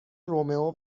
رومئو